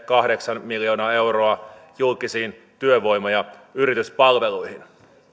kahdeksan miljoonaa euroa julkisiin työvoima ja yrityspalveluihin